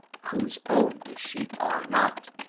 whoee own the sheep are not,